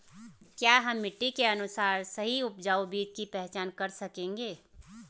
क्या हम मिट्टी के अनुसार सही उपजाऊ बीज की पहचान कर सकेंगे?